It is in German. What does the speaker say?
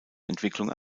entwicklung